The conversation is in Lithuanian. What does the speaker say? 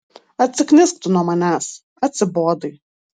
atsiknisk tu nuo manęs atsibodai